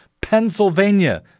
Pennsylvania